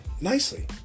nicely